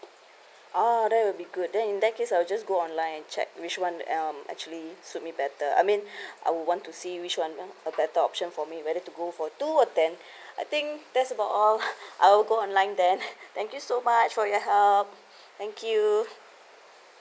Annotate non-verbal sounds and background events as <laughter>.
ah that will be good then in that case I will just go online and check which one um actually suit me better I mean <breath> I would want to see which one ya a better option for me whether to go two or ten <breath> I think that's about all <laughs> I'll go online then <laughs> thank you so much for your help <breath> thank you